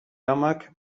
amak